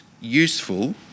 useful